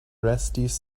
restis